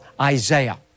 Isaiah